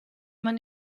man